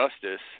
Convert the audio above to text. justice